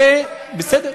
זה בסדר,